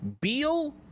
Beal